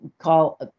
call